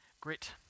grit